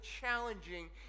challenging